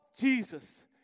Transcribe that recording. Jesus